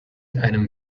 einem